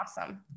awesome